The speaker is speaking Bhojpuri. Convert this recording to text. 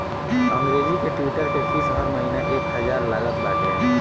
अंग्रेजी के ट्विटर के फ़ीस हर महिना एक हजार लागत बाटे